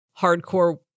hardcore